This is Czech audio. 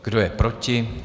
Kdo je proti?